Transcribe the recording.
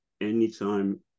anytime